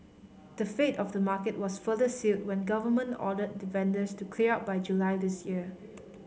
the fate of the market was further sealed when government ordered the vendors to clear out by July this year